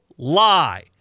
lie